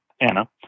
Anna